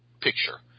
picture